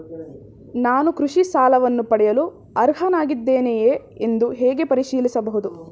ನಾನು ಕೃಷಿ ಸಾಲವನ್ನು ಪಡೆಯಲು ಅರ್ಹನಾಗಿದ್ದೇನೆಯೇ ಎಂದು ಹೇಗೆ ಪರಿಶೀಲಿಸಬಹುದು?